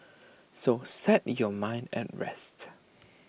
so set your mind at rest